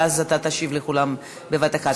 ואז אתה תשיב לכולם בבת-אחת.